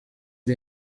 iri